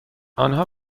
آنها